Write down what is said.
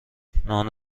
نان